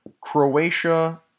Croatia